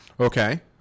Okay